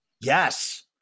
Yes